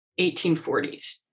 1840s